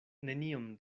neniom